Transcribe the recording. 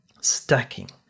stacking